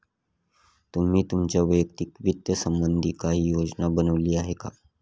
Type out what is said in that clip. तुम्ही तुमच्या वैयक्तिक वित्त संबंधी काही योजना बनवली आहे का?